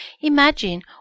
Imagine